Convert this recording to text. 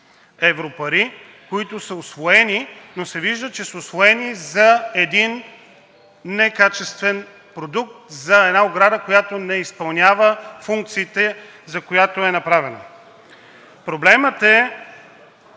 европари, които са усвоени, но се вижда, че са усвоени за един некачествен продукт, за една ограда, която не изпълнява функциите, за която е направена. Проблемът е,